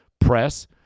press